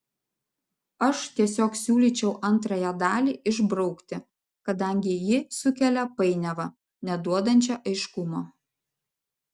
aš tiesiog siūlyčiau antrąją dalį išbraukti kadangi ji sukelia painiavą neduodančią aiškumo